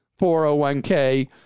401k